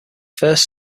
first